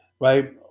right